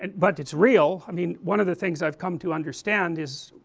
and but it's real, i mean, one of the things i've come to understand is.